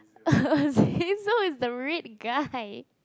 Azazel is the red guy